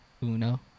Uno